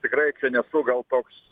tikrai nesu gal toks